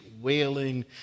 wailing